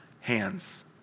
hands